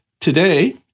today